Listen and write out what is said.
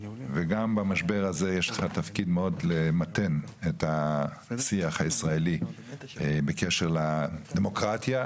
גם במשבר הזה יש לך תפקיד למתן את השיח הישראלי בקשר לדמוקרטיה.